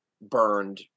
burned